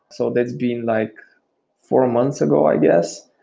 so that's been like four months ago, i guess,